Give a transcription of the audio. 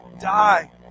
die